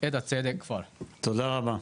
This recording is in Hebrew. תודה רבה.